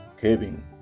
Kevin